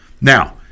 Now